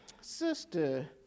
Sister